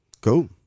go